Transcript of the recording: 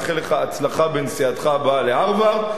ומאחל לך הצלחה בנסיעתך הבאה להארוורד.